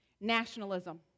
Nationalism